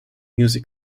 music